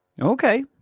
Okay